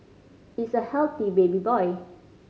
it's a healthy baby boy